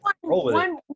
One